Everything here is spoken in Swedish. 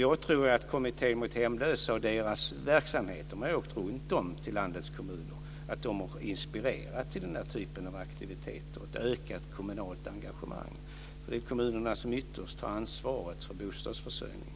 Jag tror att Kommittén mot hemlösa och dess verksamhet - man har åkt runt till landets kommuner - har inspirerat till den här typen av aktiviteter och ett ökat kommunalt engagemang. Det är kommunerna som ytterst har ansvaret för bostadsförsörjningen.